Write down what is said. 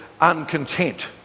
uncontent